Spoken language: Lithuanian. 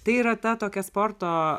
tai yra ta tokia sporto